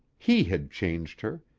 he had changed her.